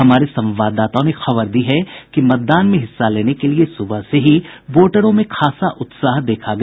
हमारे संवाददाताओं ने खबर दी है कि मतदान में हिस्सा लेने के लिये सुबह से ही वोटरों में खासा उत्साह देखा गया